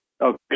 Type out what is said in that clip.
Okay